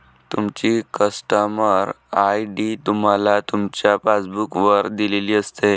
तुमची customer ID तुम्हाला तुमच्या पासबुक वर दिलेली असते